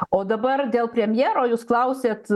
o dabar dėl premjero jūs klausėt